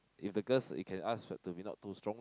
if the girls you can ask for to be not too strong lah